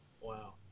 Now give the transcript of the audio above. Wow